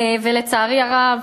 ולצערי הרב,